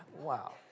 wow